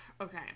Okay